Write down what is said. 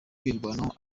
kwirwanaho